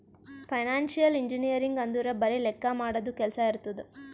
financial engineering ಅಂದುರ್ ಬರೆ ಲೆಕ್ಕಾ ಮಾಡದು ಕೆಲ್ಸಾ ಇರ್ತುದ್